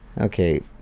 Okay